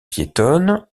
piétonne